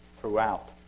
throughout